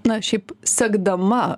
na šiaip sekdama